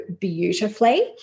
beautifully